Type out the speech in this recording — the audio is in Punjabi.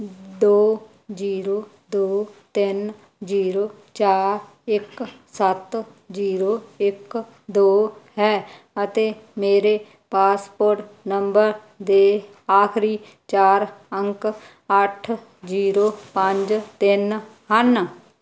ਦੋ ਜ਼ੀਰੋ ਦੋ ਤਿੰਨ ਜ਼ੀਰੋ ਚਾਰ ਇੱਕ ਸੱਤ ਜ਼ੀਰੋ ਇੱਕ ਦੋ ਹੈ ਅਤੇ ਮੇਰੇ ਪਾਸਪੋਰਟ ਨੰਬਰ ਦੇ ਆਖਰੀ ਚਾਰ ਅੰਕ ਅੱਠ ਜ਼ੀਰੋ ਪੰਜ ਤਿੰਨ ਹਨ